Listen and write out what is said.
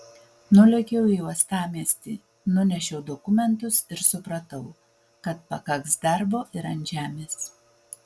nulėkiau į uostamiestį nunešiau dokumentus ir supratau kad pakaks darbo ir ant žemės